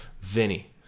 vinny